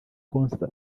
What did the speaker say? concert